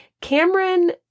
Cameron